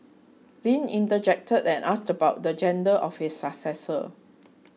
Lin interjected and asked about the gender of his successor